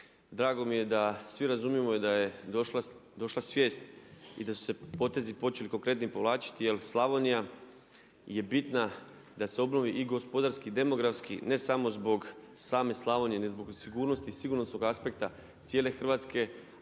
Drago mi je da svi razumijemo i da je došla svijest i da su se potezi počeli konkretni povlačiti jer Slavonija je bitna da se obnovi i gospodarski i demografski ne samo zbog same Slavonije nego zbog sigurnosti sigurnosnog aspekta cijele Hrvatske,